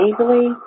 easily